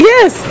Yes